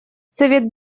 совет